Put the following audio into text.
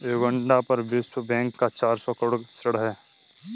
Uganda पर विश्व bank का चार सौ करोड़ ऋण है